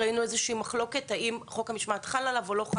ראינו איזושהי מחלוקת האם חוק המשמעת חל עליו או לא.